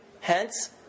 hence